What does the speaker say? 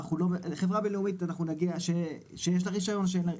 חברה בינלאומית אנחנו נגיע שיש לה רישיון או שאין לה,